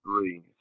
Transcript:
three